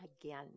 again